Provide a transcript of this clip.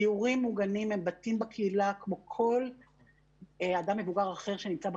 דיורים מוגנים הם בתים בקהילה כמו כל אדם מבוגר אחרי שנמצא בקהילה.